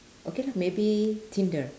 okay lah maybe tinder